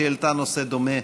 שהעלתה נושא דומה,